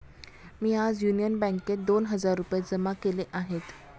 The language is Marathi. मी आज युनियन बँकेत दोन हजार रुपये जमा केले आहेत